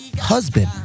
husband